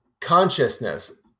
consciousness